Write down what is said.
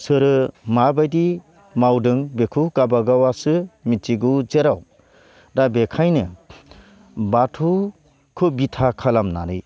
सोरो माबायदि मावदों बेखौ गाबागावआसो मिथिगौ जेराव दा बेखायनो बाथौखौ बिथा खालामनानै